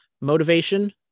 motivation